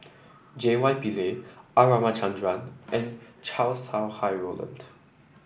J Y Pillay R Ramachandran and Chow Sau Hai Roland